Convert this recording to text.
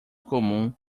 comum